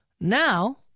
Now